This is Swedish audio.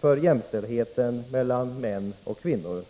för jämställdheten mellan män och kvinnor.